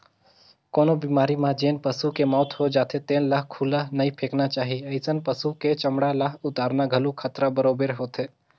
कोनो बेमारी म जेन पसू के मउत हो जाथे तेन ल खुल्ला नइ फेकना चाही, अइसन पसु के चमड़ा ल उतारना घलो खतरा बरोबेर होथे